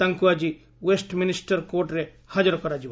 ତାଙ୍କୁ ଆଜି ଓ୍ୱେଷ୍ଟମିନିଷ୍ଟର କୋର୍ଟରେ ହାଜର କରାଯିବ